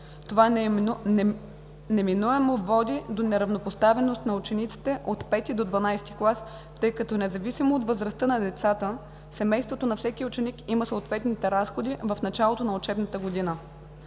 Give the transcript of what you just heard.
Това неименуемо води до неравнопоставеност на учениците от пети до 12-ти клас, тъй като независимо от възрастта на децата, семейството на всеки ученик има съответните разходи в началото на учебната година.